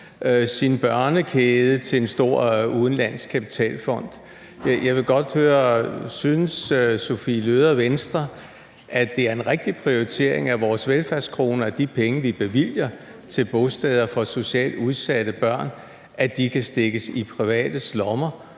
om noget: Synes fru Sophie Løhde og Venstre, at det er en rigtig prioritering af vores velfærdskroner, hvis de penge, vi bevilger til bosteder for socialt udsatte børn, kan stikkes i privates lommer,